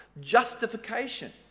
justification